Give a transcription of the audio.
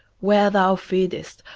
where thou feedest,